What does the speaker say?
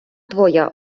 твоя